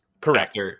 Correct